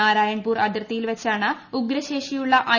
നാരായൻപൂർ അതിർത്തിയിൽ വെച്ചാണ് ഉഗ്രശേഷിയുള്ള ഐ